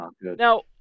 Now